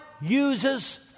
uses